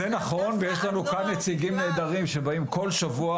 זה נכון ויש לנו כאן נציגים נהדרים שבאים כל שבוע,